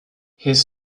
his